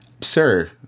Sir